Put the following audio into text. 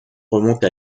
remonte